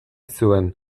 zuen